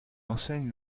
enseigne